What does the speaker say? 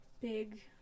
big